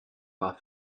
war